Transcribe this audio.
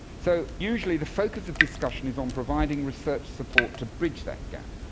so usually the focus of discussion is on providing research support to bridge that gap.